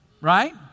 right